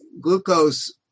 Glucose